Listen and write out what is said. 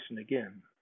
again